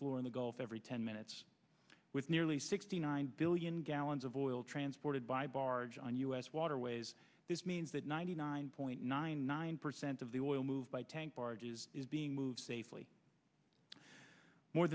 floor in the gulf every ten minutes with nearly sixty nine billion gallons of oil transported by barge on us waterways this means that ninety nine point nine nine percent of the oil move by tank barges is being moved safely more